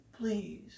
please